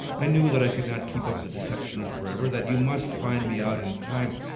i knew that i could not keep up the deception for ever, that you must find me out in time.